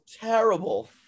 terrible